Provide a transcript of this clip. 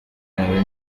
yawe